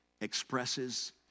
expresses